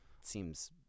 Seems